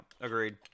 agreed